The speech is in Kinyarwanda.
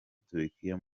turikiya